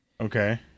Okay